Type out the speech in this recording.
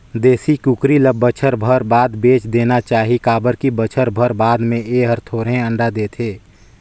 देसी कुकरी ल बच्छर भर बाद बेच देना चाही काबर की बच्छर भर बाद में ए हर थोरहें अंडा देथे